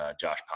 Josh